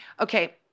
Okay